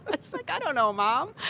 but it's like, i don't know, mom,